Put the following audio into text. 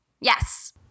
Yes